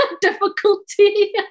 difficulty